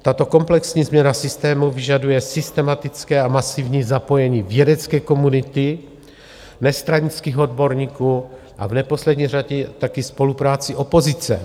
Tato komplexní změna systému vyžaduje systematické a masivní zapojení vědecké komunity nestranických odborníků a v neposlední řadě taky spolupráci opozice.